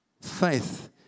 faith